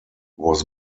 was